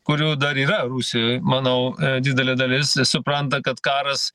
kurių dar yra rusijoj manau didelė dalis supranta kad karas